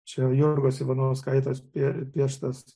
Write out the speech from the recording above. čia jurgos ivanauskaitės pie pieštas